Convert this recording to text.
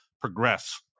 progress